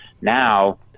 Now